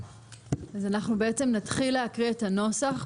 אז אנחנו בעצם נתחיל להקריא את הנוסח.